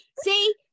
See